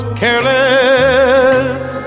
careless